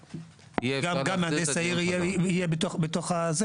גם מהנדס העיר יהיה בתוך ההרכב,